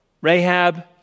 Rahab